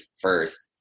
first